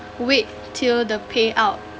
wait till the payout